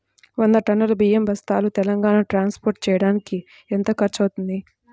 వంద టన్నులు బియ్యం బస్తాలు తెలంగాణ ట్రాస్పోర్ట్ చేయటానికి కి ఎంత ఖర్చు అవుతుంది?